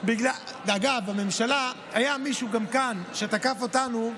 אגב, בממשלה היה מישהו גם כאן שתקף אותנו,